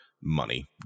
money